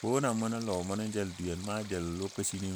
Kona mu nən lɔ mu nən jəl lokaci ni